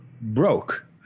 broke